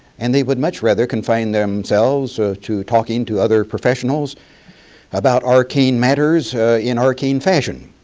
and they would much rather confine themselves so to talking to other professionals about arcane matters in arcane fashion